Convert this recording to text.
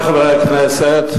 חברי חברי הכנסת,